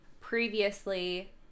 previously